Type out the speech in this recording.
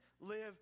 live